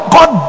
God